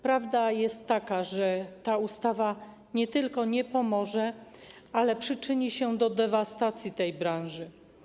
Prawda jest taka, że ta ustawa nie tylko nie pomoże, ale przyczyni się do dewastacji tej branży.